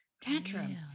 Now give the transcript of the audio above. tantrum